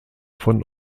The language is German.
von